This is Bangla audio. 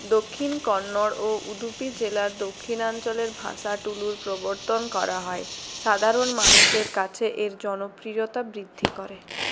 দক্ষিণ কন্নড় ও উদুপি জেলার দক্ষিণাঞ্চলের ভাষা টুলুর প্রবর্তন করা হয় সাধারণ মানুষের কাছে এর জনপ্রিয়তা বৃদ্ধি করে